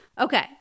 Okay